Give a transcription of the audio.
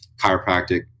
chiropractic